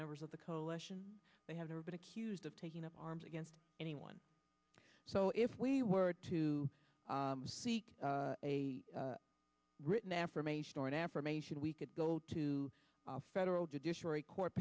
members of the coalition they have never been accused of taking up arms against anyone so if we were to seek a written affirmation or an affirmation we could go to federal judiciary court